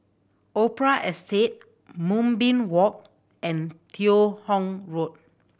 Opera Estate Moonbeam Walk and Teo Hong Road